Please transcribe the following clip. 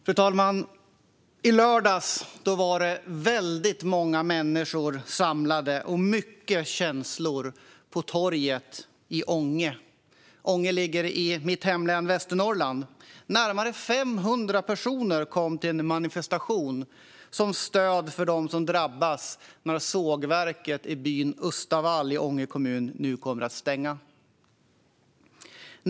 Fru talman! I lördags var det väldigt många människor samlade och mycket känslor på torget i Ånge. Ånge ligger i mitt hemlän Västernorrland. Närmare 500 personer kom till en manifestation till stöd för dem som drabbas när sågverket i byn Östavall i Ånge kommun nu kommer att stängas.